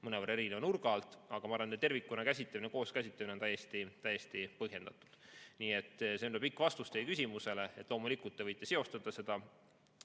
mõnevõrra erineva nurga alt, aga ma arvan, et tervikuna käsitlemine, koos käsitlemine on täiesti põhjendatud. Nii et see on pikk vastus teie küsimusele. Loomulikult te võite seostada seda